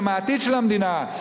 הם העתיד של המדינה,